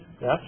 Yes